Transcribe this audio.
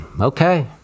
okay